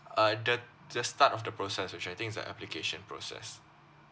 uh the the start of the process which I think is the application process